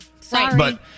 Sorry